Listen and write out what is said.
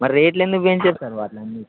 మరి రేట్లు ఎందుకు వేంచారు సార్ వాటన్నింటికి